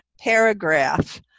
paragraph